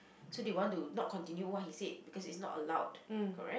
so they want to not continue what he said because it's not allowed correct